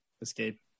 escape